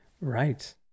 Right